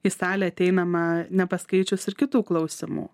į salę ateinama nepaskaičius ir kitų klausimų